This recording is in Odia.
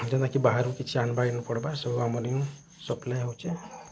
ବାହାରୁ କିଛି ନାଇ ଆନ୍ବାକୁ ପଡ଼୍ବା ଆମର୍ ଇନୁ ସପ୍ଲାଇ ହଉଛେ